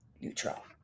neutral